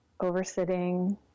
over-sitting